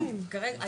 לפנות לקהילה?